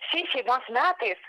šiais šeimos metais